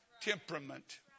temperament